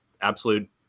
absolute